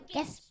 Yes